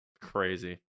Crazy